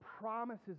promises